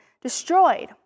destroyed